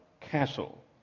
Castle